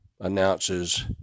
announces